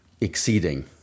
exceeding